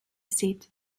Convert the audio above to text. seat